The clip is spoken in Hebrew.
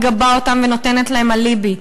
מגבה אותם ונותנת להם אליבי.